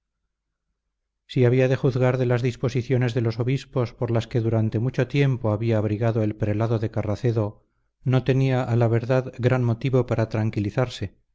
si había de juzgar de las disposiciones de los obispos por las que durante mucho tiempo había abrigado el prelado de carracedo no tenía a la verdad gran motivo para tranquilizarse